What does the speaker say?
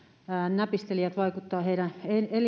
näpistelijät vaikuttavat heidän